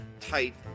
tight